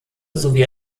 sowie